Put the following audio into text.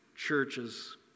Churches